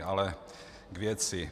Ale k věci.